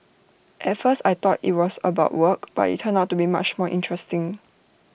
at first I thought IT was about work but IT turned out to be much more interesting